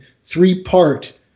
three-part